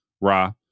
Ra